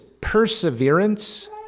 perseverance